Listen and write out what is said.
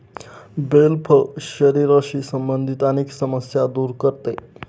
bell फळ शरीराशी संबंधित अनेक समस्या दूर करते